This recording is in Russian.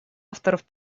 авторов